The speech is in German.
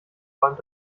räumt